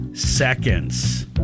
seconds